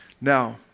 Now